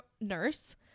nurse